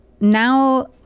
Now